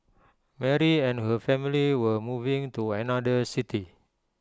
Mary and her family were moving to another city